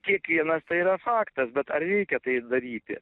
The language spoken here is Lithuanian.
kiekvienas tai yra faktas bet ar reikia tai daryti